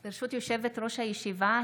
ברשות יושבת-ראש הישיבה,